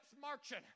marching